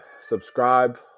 subscribe